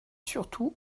surtout